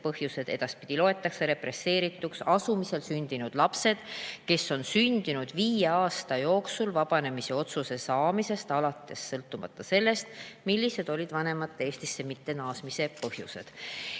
põhjused. Edaspidi loetakse represseerituks asumisel sündinud lapsed, kes on sündinud viie aasta jooksul vabanemise otsuse saamisest alates, sõltumata sellest, millised olid vanemate Eestisse mittenaasmise põhjused. Esimene